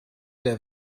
der